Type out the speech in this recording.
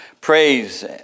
praise